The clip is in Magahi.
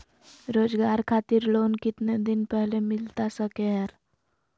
रोजगार खातिर लोन कितने दिन पहले मिलता सके ला?